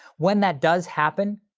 when that does happen,